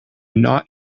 not